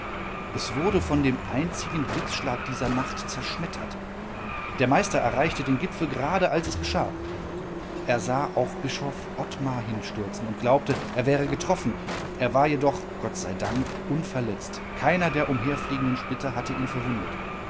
es wurde von dem einzigen blitzschlag dieser nacht zerschmettert der meister erreichte den gipfel gerade als es geschah er sah auch bischof ottmar hinstürzen und glaubte er wäre getroffen er war jedoch gott sei dank unverletzt keiner der umherfliegenden splitter hatte ihn verwundet